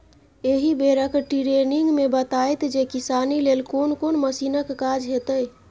एहि बेरक टिरेनिंग मे बताएत जे किसानी लेल कोन कोन मशीनक काज हेतै